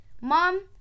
Mom